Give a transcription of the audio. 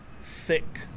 thick